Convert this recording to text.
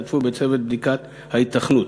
השתתפו בצוות בדיקת ההיתכנות.